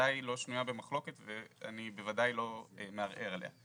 בוודאי לא שנויה במחלוקת ואני בוודאי לא מערער עליה.